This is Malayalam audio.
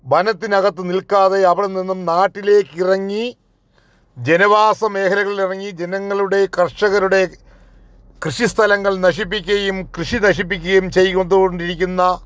വനത്തിനകത്ത് നിൽക്കാതെ അവിടെനിന്നും നാട്ടിലേക്കിറങ്ങി ജനവാസമേഹലകളിൽ ഇറങ്ങി ജനങ്ങളുടെ കർഷകരുടെ കൃഷിസ്ഥലങ്ങൾ നശിപ്പിക്കുകയും കൃഷി നശിപ്പിക്കുകയും ചെയ്തുകൊണ്ടിരിക്കുന്ന